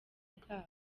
bwabo